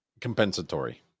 Compensatory